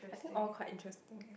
I think all quite interesting eh